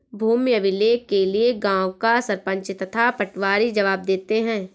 भूमि अभिलेख के लिए गांव का सरपंच तथा पटवारी जवाब देते हैं